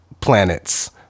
planets